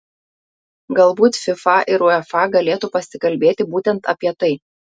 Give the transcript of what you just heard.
galbūt fifa ir uefa galėtų pasikalbėti būtent apie tai